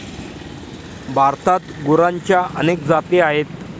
भारतात गुरांच्या अनेक जाती आहेत